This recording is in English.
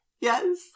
Yes